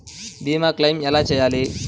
భీమ క్లెయిం ఎలా చేయాలి?